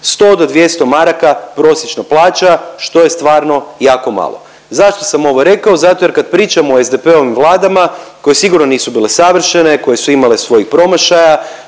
100 do 200 maraka prosječna plaća, što je stvarno jako malo. Zašto sam ovo rekao? Zato jer kad pričamo SDP-vim Vladama koje sigurno nisu bile savršene, koje su imale svojih promašaja,